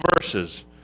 verses